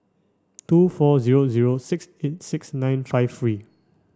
two four zero zero six eight six nine five three